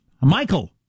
Michael